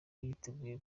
yiteguye